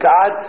God